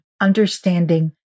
understanding